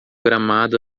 gramado